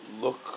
look